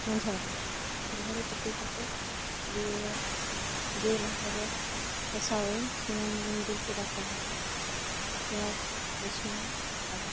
ᱢᱟᱡᱷᱟᱹᱨᱤ ᱢᱟᱡᱷᱟᱹᱨᱤ ᱠᱩᱴᱤ ᱠᱟᱛᱮᱜ ᱫᱮᱭᱟ ᱤᱧ ᱡᱤᱞ ᱚᱱᱠᱟ ᱜᱮ ᱠᱚᱥᱟᱣᱟᱹᱧ ᱥᱩᱱᱩᱢᱤᱧ ᱫᱩᱞ ᱠᱮᱫᱟ ᱠᱚᱲᱦᱟ ᱨᱮ ᱯᱮᱭᱟᱡᱽ ᱨᱟᱹᱥᱩᱱ ᱟᱫᱟ